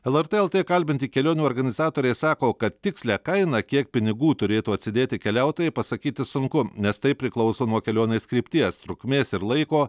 lrt lt kalbinti kelionių organizatoriai sako kad tikslią kainą kiek pinigų turėtų atsidėti keliautojai pasakyti sunku nes tai priklauso nuo kelionės krypties trukmės ir laiko